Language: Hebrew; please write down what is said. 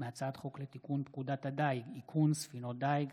מהצעת חוק לתיקון פקודת הדיג (איכון ספינות דיג),